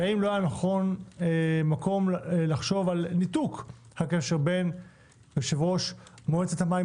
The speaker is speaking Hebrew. והאם לא היה נכון לחשוב על ניתוק הקשר בין יושב-ראש מועצת המים,